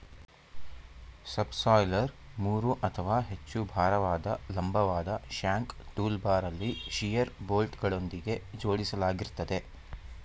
subsoiler ಮೂರು ಅಥವಾ ಹೆಚ್ಚು ಭಾರವಾದ ಲಂಬವಾದ ಶ್ಯಾಂಕ್ ಟೂಲ್ಬಾರಲ್ಲಿ ಶಿಯರ್ ಬೋಲ್ಟ್ಗಳೊಂದಿಗೆ ಜೋಡಿಸಲಾಗಿರ್ತದೆ